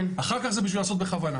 אחר-כך, זה בשביל לעשות בכוונה.